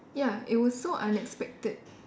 ya it was so unexpected